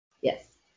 Yes